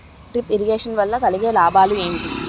Drip irrigation వల్ల కలిగే లాభాలు ఏంటి?